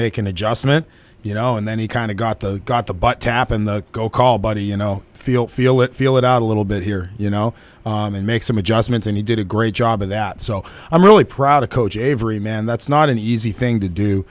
make an adjustment you know and then he kind of got the got the butt tap and the go call buddy you know feel feel it feel it out a little bit here you know and make some adjustments and he did a great job of that so i'm really proud to coach every man that's not an easy thing to do